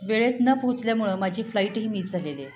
वेळेत न पोचल्यामुळं माझी फ्लाईटही मिस झालेली आहे